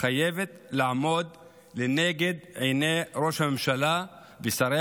חייבת לעמוד לנגד עיני ראש הממשלה ושרי